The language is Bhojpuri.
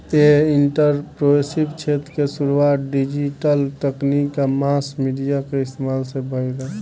इ एंटरप्रेन्योरशिप क्षेत्र के शुरुआत डिजिटल तकनीक आ मास मीडिया के इस्तमाल से भईल रहे